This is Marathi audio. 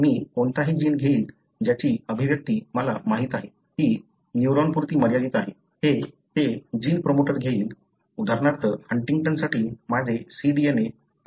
मी कोणताही जिन घेईन ज्याची अभिव्यक्ती मला माहित आहे ती न्यूरॉनपुरती मर्यादित आहे ते जीन प्रोमोटर घेईन उदाहरणार्थ हंटिंग्टनसाठी माझे cDNA कोडींग सह फ्यूज करेन